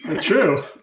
True